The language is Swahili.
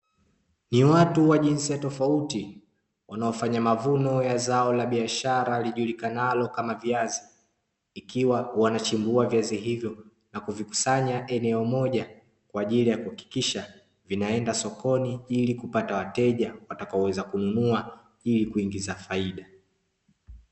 Ni watu wa jinsia tofauti, wanaofanya mavuno ya zao la biashara lijulikanalo kama viazi, ikiwa wanachimbuwa viazi hivyo na kuvikusanya eneo moja kwa ajili ya kuhakikisha vinaenda sokoni ili kupata wateja watakoweza kununua ili kuingiza faida.